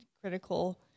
critical